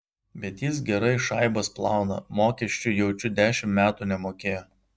bet jis gerai šaibas plauna mokesčių jaučiu dešimt metų nemokėjo